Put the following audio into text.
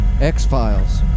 X-Files